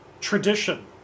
tradition